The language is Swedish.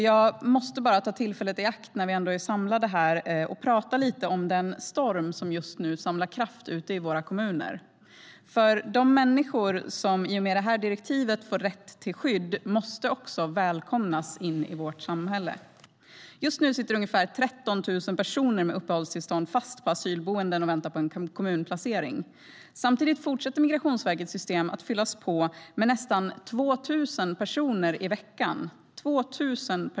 Jag måste ta tillfället i akt, när vi är samlade här, och prata lite om den storm som just nu samlar kraft ute i våra kommuner. De människor som i och med direktivet får rätt till skydd måste nämligen också välkomnas in i vårt samhälle. Just nu sitter ungefär 13 000 personer med uppehållstillstånd fast på asylboenden och väntar på en kommunplacering. Samtidigt fortsätter Migrationsverkets system att fyllas på med nästan 2 000 personer i veckan.